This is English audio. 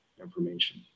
information